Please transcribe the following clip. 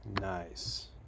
Nice